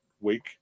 week